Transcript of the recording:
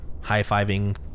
high-fiving